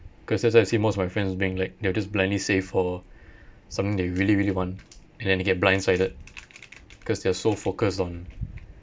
because that's what I see most my friends are being like they'll just blindly save for something they really really want and then they get blindsided because they're so focused on